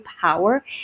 power